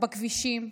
בכבישים,